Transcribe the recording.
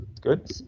Good